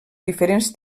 diferents